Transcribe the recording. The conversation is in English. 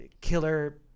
killer